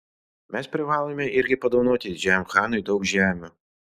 mes privalome irgi padovanoti didžiajam chanui daug žemių